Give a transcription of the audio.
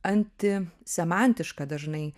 antisemantiška dažnai